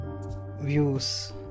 views